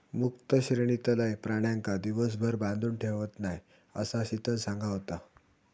मुक्त श्रेणीतलय प्राण्यांका दिवसभर बांधून ठेवत नाय, असा शीतल सांगा होता